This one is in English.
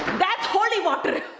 that's holy water.